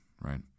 right